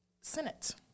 Senate